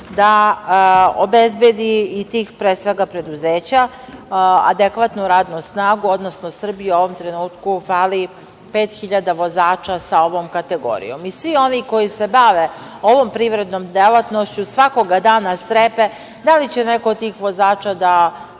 da obezbedi i tih, pre svega, preduzeća, adekvatnu radnu snagu, odnosno Srbiji u ovom trenutku fali 5.000 vozača sa ovom kategorijom. Svi oni koji se bave ovom privrednom delatnošću svakoga dana strepe da li će neko od tih vozača da